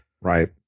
Right